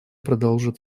продолжит